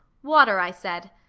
water, i said.